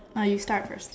nah you start first